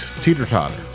teeter-totter